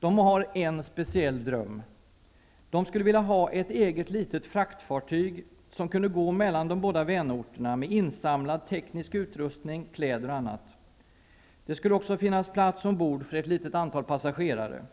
De har en speciell dröm: De skulle vilja ha ett eget litet fraktfartyg som kunde gå mellan de båda vänorterna med insamlad teknisk utrustning, kläder och annat. Det skulle också finnas plats ombord för ett litet antal passagerare.